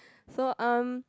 so um